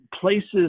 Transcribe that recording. places